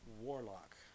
Warlock